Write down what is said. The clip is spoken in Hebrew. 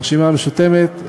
הרשימה המשותפת,